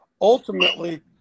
ultimately